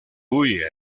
huye